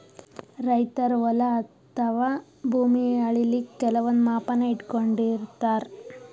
ರೈತರ್ ಹೊಲ ಅಥವಾ ಭೂಮಿ ಅಳಿಲಿಕ್ಕ್ ಕೆಲವಂದ್ ಮಾಪನ ಇಟ್ಕೊಂಡಿರತಾರ್